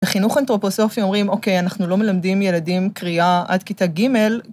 בחינוך אנתרופוסופי אומרים, אוקיי, אנחנו לא מלמדים ילדים קריאה עד כיתה ג'